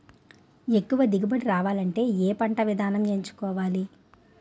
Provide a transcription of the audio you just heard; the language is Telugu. ఎక్కువ దిగుబడి రావాలంటే ఏ పంట విధానం ఎంచుకోవాలి?